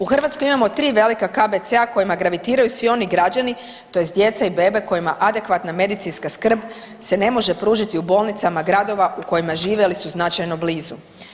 U Hrvatskoj imamo 3 velika KBC-a kojima gravitiraju svi oni građani tj. djeca i bebe kojima adekvatna medicinska skrb se ne može pružiti u bolnicama gradova u kojima žive ili su značajno blizu.